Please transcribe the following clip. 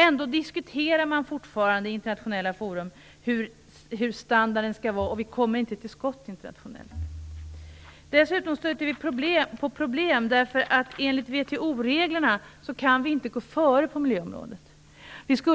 Ändå diskuterar man fortfarande i internationella forum hurdan standarden skall vara, och vi kommer inte till skott internationellt. Dessutom stöter vi på problem genom att vi enligt WTO-reglerna inte kan gå före på miljöområdet.